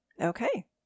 Okay